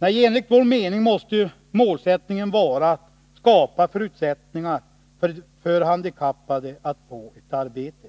Nej, enligt vår mening måste målsättningen vara att skapa förutsättningar för handikappade att få ett arbete.